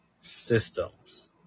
systems